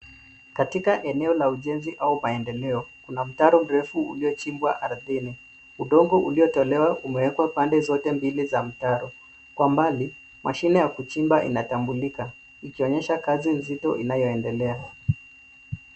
Katika eneo la ujenzi au maendeleo kuna mtaro mrefu uliochimbwa ardhini, Udongo uliotolewa umewekwa pande zote mbili za mtaro. Kwa mbali, mashine ya kulima inatambulika ikionyesha kazi nzito inayoendelea.